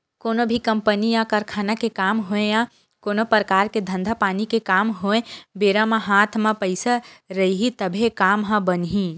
कोनो भी कंपनी या कारखाना के काम होवय या कोनो परकार के धंधा पानी के काम होवय बेरा म हात म पइसा रइही तभे काम ह बनही